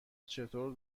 چطور